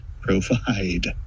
provide